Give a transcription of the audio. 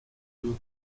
sur